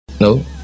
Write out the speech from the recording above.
no